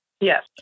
Yes